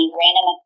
random